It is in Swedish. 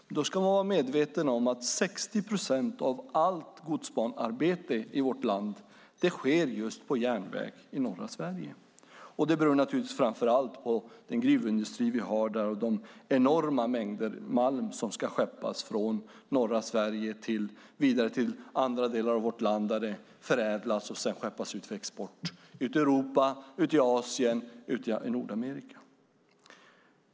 Men då ska man vara medveten om att 60 procent av allt godsbanearbete i vårt land sker just på järnväg i norra Sverige. Det beror naturligtvis framför allt på den gruvindustri som vi har där och de enorma mängder malm som ska skeppas från norra Sverige till andra delar av vårt land där det förädlas och sedan skeppas ut för export ut i Europa, Asien och Nordamerika.